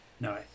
No